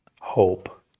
hope